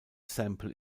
sample